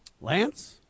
Lance